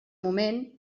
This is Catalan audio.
moment